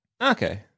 Okay